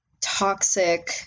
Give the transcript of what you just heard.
toxic